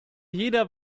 jeder